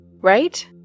Right